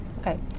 Okay